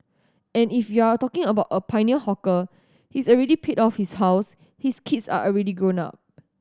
and if you're talking about a pioneer hawker he's already paid off his house his kids are already grown up